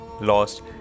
lost